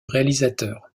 réalisateur